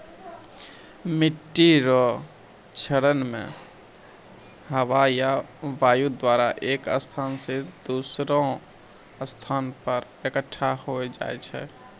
मिट्टी रो क्षरण मे हवा या वायु द्वारा एक स्थान से दोसरो स्थान पर इकट्ठा होय जाय छै